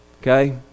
Okay